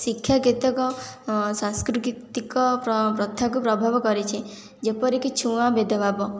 ଶିକ୍ଷା କେତେକ ସାଂସ୍କୃତିକ ପ୍ରଥାକୁ ପ୍ରଭାବ କରିଛି ଯେପରିକି ଛୁଆଁ ଭେଦଭାବ